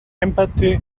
empathy